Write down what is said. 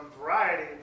variety